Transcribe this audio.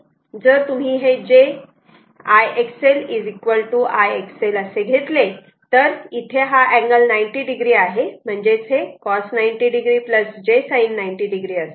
जर तुम्ही हे j I XL I XL असे घेतले तर इथे हा अँगल 90 o आहे म्हणजेच हे cos 90 o j sin 90 o असते